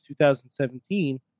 2017